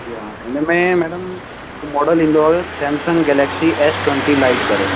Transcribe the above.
जी हा हिन में मैडम हिकु मॉडल ईंदो हुओ Samsung Galaxy S twenty lite करे